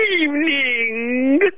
evening